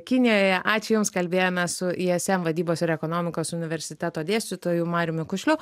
kinijoje ačiū jums kalbėjome su ism vadybos ir ekonomikos universiteto dėstytoju mariumi kušliu